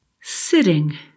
Sitting